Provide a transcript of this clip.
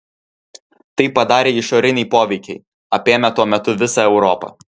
tai padarė išoriniai poveikiai apėmę tuo metu visą europą